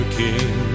king